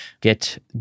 get